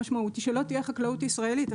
המשמעות היא שלא תהיה חקלאות ישראלית.